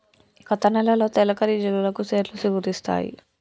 ఈ కొత్త నెలలో తొలకరి జల్లులకి సెట్లు సిగురిస్తాయి